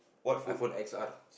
iPhone X_R